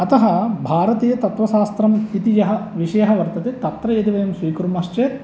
अतः भारतीयतत्त्वशास्त्रम् इति यः विषयः वर्तते तत्र यदि वयं स्वीकुर्मश्चेत्